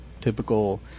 typical